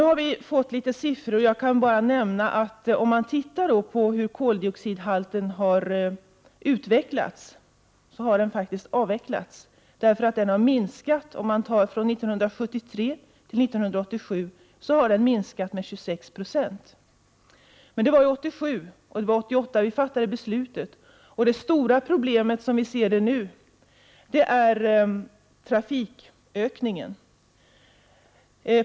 Om vi ser på hur koldioxidhalterna har utvecklats kan vi faktiskt konstatera att de har minskat från 1973 till 1987 med 26 20. Det var 1987, och beslutet fattade vi 1988. Men det stora problemet, som vi ser det nu, är trafikökningen.